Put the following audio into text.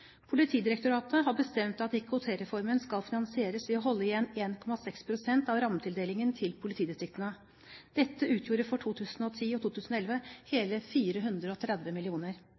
Politidirektoratet har bestemt at IKT-reformen skal finansieres ved å holde igjen 1,6 pst. av rammetildelingen til politidistriktene. Dette utgjorde for 2010 og 2011 hele 430